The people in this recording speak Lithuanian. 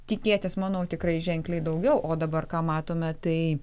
tikėtis manau tikrai ženkliai daugiau o dabar ką matome tai